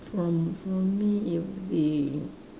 from from me it would be